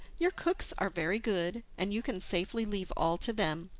your cooks are very good and you can safely leave all to them,